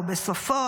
או בסופו,